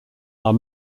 are